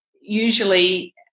usually